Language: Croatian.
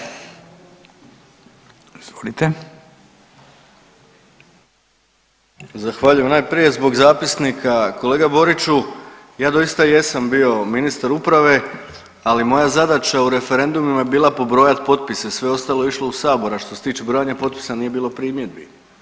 Zahvaljujem najprije zbog zapisnika, kolega Boriću ja doista jesam bio ministar uprave ali moja zadaća u referendumima je bila prebrojat potpise sve ostalo je išlo u sabor, a što se tiče brojanja potpisa nije bilo primjedbi.